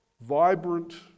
vibrant